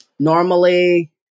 Normally